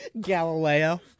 Galileo